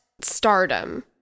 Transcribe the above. stardom